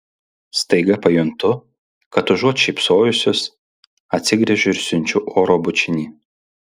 staiga pajuntu kad užuot šypsojusis atsigręžiu ir siunčiu oro bučinį